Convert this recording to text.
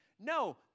No